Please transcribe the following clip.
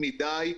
מי בעד?